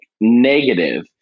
negative